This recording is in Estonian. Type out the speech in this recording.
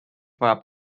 vajab